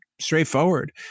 Straightforward